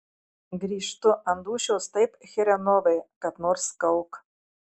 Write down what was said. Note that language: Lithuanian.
grįžtu ant dūšios taip chrenovai kad nors kauk